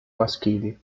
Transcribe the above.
maschili